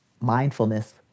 mindfulness